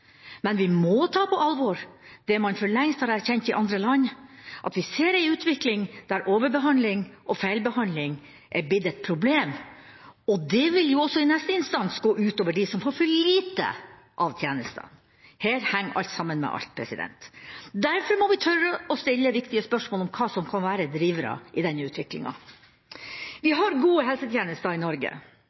men vi må ta på alvor det man for lengst har erkjent i andre land, at vi ser en utvikling der overbehandling og feilbehandling er blitt et problem – og det vil jo i neste instans gå ut over dem som får for lite av tjenestene. Her henger alt sammen med alt. Derfor må vi tørre å stille viktige spørsmål om hva som kan være drivere for denne utviklinga. Vi har gode helsetjenester i Norge.